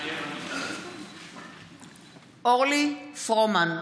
מתחייב אני אורלי פרומן,